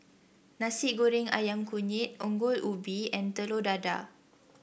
Nasi Goreng ayam kunyit Ongol Ubi and Telur Dadah